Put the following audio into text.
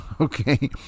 Okay